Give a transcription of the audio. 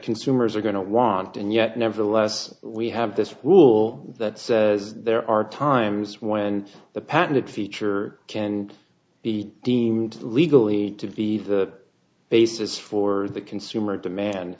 consumers are going to want and yet nevertheless we have this rule that there are times when the patent feature can be deemed legally to be the basis for the consumer demand